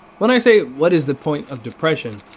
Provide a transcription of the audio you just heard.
when i say what is the point of depression,